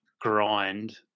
grind